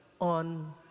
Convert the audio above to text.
on